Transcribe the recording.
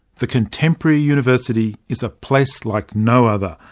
the contemporary university is a place like no other,